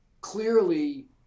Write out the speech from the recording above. clearly